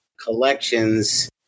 collections